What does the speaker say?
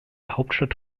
hauptstadt